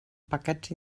paquets